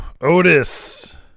Otis